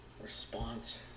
response